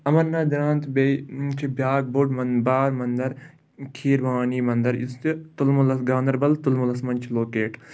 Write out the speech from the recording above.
اَمَرناتھ درٛانٛتھ بیٚیہِ چھِ بیٛاکھ بوٚڑ مَن بار مَندَر کھیٖر بھَوانی مَنٛدَر یُس تہِ تُلمُلَس گاندَربَل تُلمُلَس منٛز چھِ لوکیٹ